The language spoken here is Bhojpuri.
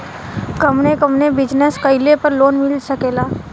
कवने कवने बिजनेस कइले पर लोन मिल सकेला?